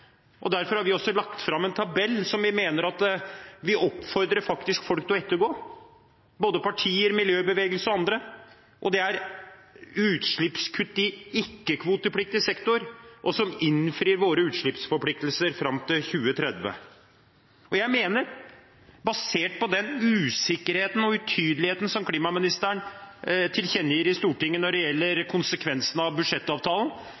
Derfor har vi lagt fram en tabell som vi faktisk oppfordrer folk til å ettergå – både partier, miljøbevegelse og andre. Og det er utslippskutt i ikke-kvotepliktig sektor som innfrir våre utslippsforpliktelser fram til 2030. Jeg mener, basert på den usikkerheten og den utydeligheten som klimaministeren tilkjennegir i Stortinget når det gjelder konsekvensene av budsjettavtalen,